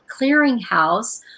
clearinghouse